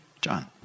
John